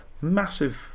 massive